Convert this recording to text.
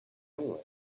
anyway